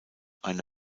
eine